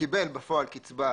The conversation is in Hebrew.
וקיבל בפועל קצבה